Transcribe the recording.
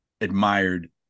admired